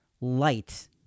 light